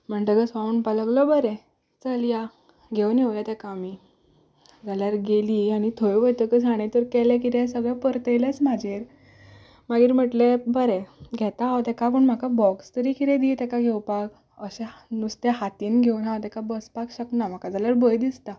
म्हणटकच भाव म्हणपाक लागलो बरें चल या घेवन येवया ताका आमी जाल्यार गेलीं आनी थंय वयतकच हाणें तर केलें कितें सगळें परतयलेंच म्हजेर मागीर म्हणलें बरें घेतां हांव ताका पूण म्हाका बॉक्स तरी कितें दी ताका घेवपाक अशें नुस्तें हातींत घेवन ताका हांव बसपाक शकना म्हाका जाल्यार भंय दिसता